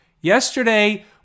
Yesterday